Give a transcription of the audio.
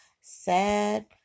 sad